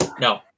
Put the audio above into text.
No